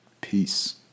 Peace